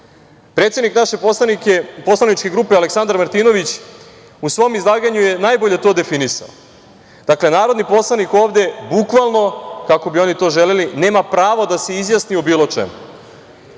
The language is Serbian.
plenumu. Predsednik naše poslaničke grupe Aleksandar Martinović u svom izlaganju je najbolje to definisao. Dakle, narodni poslanik ovde bukvalno, kako bi oni to želeli, nema pravo da se izjasni o bilo čemu,